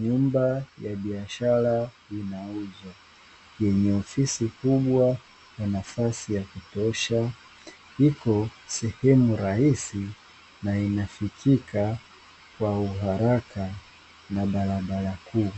Nyumba ya biashara inauzwa yenye ofisi kubwa ya nafasi ya kutosha iko sehemu rahisi na inafikika kwa uharaka na barabara kuu.